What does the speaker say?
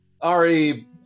Ari